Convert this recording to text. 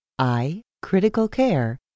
iCriticalCare